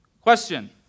Question